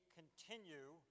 continue